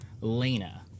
Lena